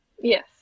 Yes